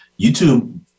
YouTube